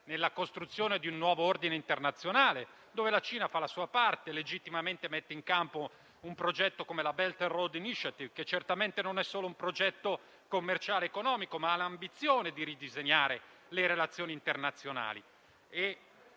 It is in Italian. nella costruzione di un nuovo ordine internazionale, dove la Cina fa la sua parte e legittimamente mette in campo un progetto come la Belt and road initiative, che certamente non è solo un progetto commerciale ed economico, ma ha l'ambizione di ridisegnare le relazioni internazionali.